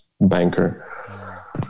banker